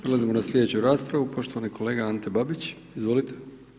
Prelazimo na sljedeću raspravu, poštovani kolega Ante Babić, izvolite.